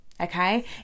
okay